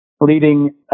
leading